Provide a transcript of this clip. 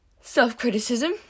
self-criticism